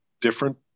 different